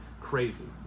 crazy